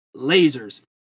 lasers